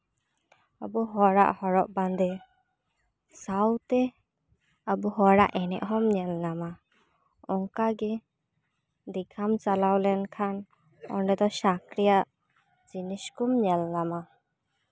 ᱟᱵᱚ ᱦᱚᱲᱟᱜ ᱦᱚᱨᱚᱜᱼᱵᱟᱸᱫᱮ ᱥᱟᱶᱛᱮ ᱟᱵᱚ ᱦᱚᱲᱟᱜ ᱮᱱᱮᱡ ᱦᱚᱸᱢ ᱧᱮᱞᱧᱟᱢᱟ ᱚᱱᱠᱟᱜᱮ ᱫᱤᱜᱷᱟᱢ ᱪᱟᱞᱟᱣ ᱞᱮᱱᱠᱷᱟᱱ ᱚᱸᱰᱮ ᱫᱚ ᱥᱟᱸᱠ ᱨᱮᱭᱟᱜ ᱡᱤᱱᱤᱥ ᱠᱚᱢ ᱧᱮᱞ ᱧᱟᱢᱟ